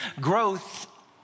growth